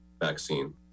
vaccine